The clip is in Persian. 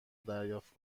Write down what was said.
دریافت